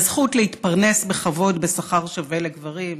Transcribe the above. הזכות להתפרנס בכבוד, בשכר שווה לגברים,